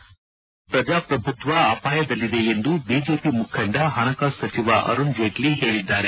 ಪಶ್ಚಿಮ ಬಂಗಾಳದಲ್ಲಿ ಪ್ರಜಾಪ್ರಭುತ್ವ ಅಪಾಯದಲ್ಲಿದೆ ಎಂದು ಬಿಜೆಪಿ ಮುಖಂಡ ಹಣಕಾಸು ಸಚಿವ ಅರುಣ್ ಜೇಟ್ಲ ಹೇಳದ್ದಾರೆ